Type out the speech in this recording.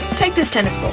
take this tennis ball.